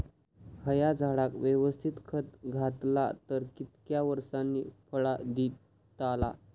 हया झाडाक यवस्तित खत घातला तर कितक्या वरसांनी फळा दीताला?